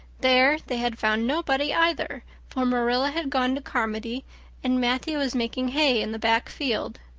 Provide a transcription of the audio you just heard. there they had found nobody either, for marilla had gone to carmody and matthew was making hay in the back field.